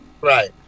right